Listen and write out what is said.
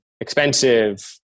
expensive